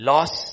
Loss